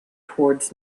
towards